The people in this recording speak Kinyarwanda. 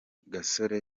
gasore